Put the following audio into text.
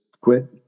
quit